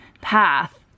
path